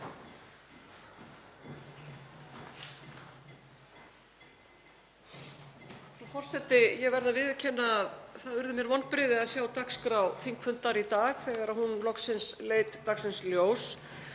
Frú forseti. Ég verð að viðurkenna að það urðu mér vonbrigði að sjá dagskrá þingfundar í dag þegar hún loksins leit dagsins